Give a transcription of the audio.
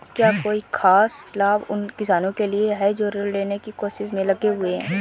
क्या कोई खास लाभ उन किसानों के लिए हैं जो ऋृण लेने की कोशिश में लगे हुए हैं?